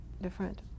different